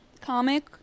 comic